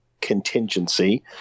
contingency